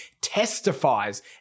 testifies